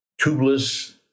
tubeless